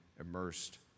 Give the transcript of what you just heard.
immersed